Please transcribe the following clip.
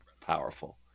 powerful